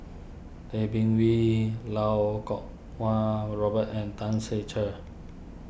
Tay Bin Wee Lau Kuo Kwong Robert and Tan Ser Cher